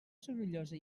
sorollosa